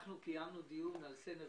אנחנו קיימנו דיון על סינרג'י.